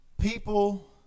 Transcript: People